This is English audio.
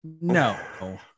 No